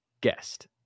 guest